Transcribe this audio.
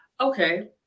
okay